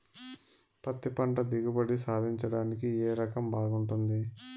పత్తి పంట దిగుబడి సాధించడానికి ఏ రకం బాగుంటుంది?